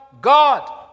God